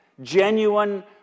genuine